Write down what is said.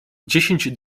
dziesięć